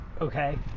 Okay